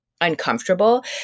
uncomfortable